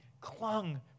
clung